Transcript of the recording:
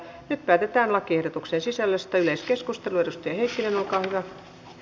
nyt päätetään lakiehdotuksen sisällöstä